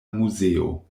muzeo